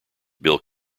bill